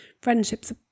friendships